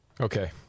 Okay